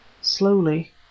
Slowly